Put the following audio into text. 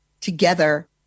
together